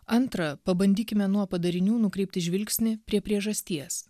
antra pabandykime nuo padarinių nukreipti žvilgsnį prie priežasties